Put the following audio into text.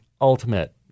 ultimate